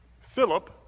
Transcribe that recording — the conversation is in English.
Philip